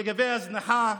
לגבי הזנחה.